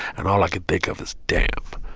and all i could think of is, damn,